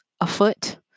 afoot